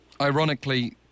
ironically